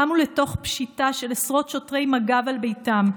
קמו לתוך פשיטה של עשרות שוטרי מג"ב על ביתם.